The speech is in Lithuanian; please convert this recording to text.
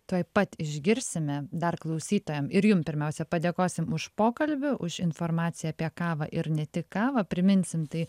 tuoj pat išgirsime dar klausytojam ir jum pirmiausia padėkosim už pokalbį už informaciją apie kavą ir ne tik kavą priminsim tai